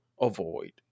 Avoid